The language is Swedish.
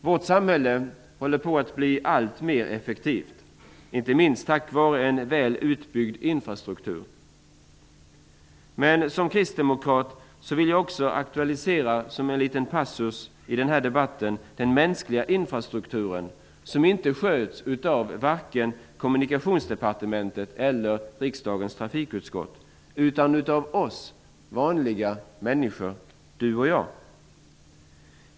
Vårt samhälle håller på att bli allt mer effektivt, inte minst tack vare den väl utbyggda infrastrukturen. Men, somkristdemokrat, vill jag också aktualisera som en liten passus i den här debatten den mänskliga infrastrukturen, som inte sköts av vare sig Kommunikationsdepartementet eller trafikutskottet utan av oss vanliga människor, du och jag.